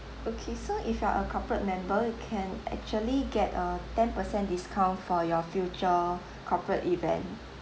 okay so if you're a corporate member you can actually get a ten percent discount for your future corporate event